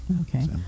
Okay